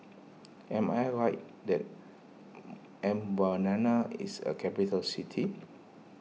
am I right that Mbabana is a capital city